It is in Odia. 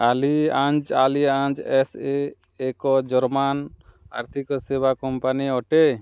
ଆଲିଆଞ୍ଜ୍ ଆଲିଆଞ୍ଜ୍ ଏସ୍ ଇ ଏକ ଜର୍ମାନ୍ ଆର୍ଥିକ ସେବା କମ୍ପାନୀ ଅଟେ